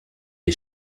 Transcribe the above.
est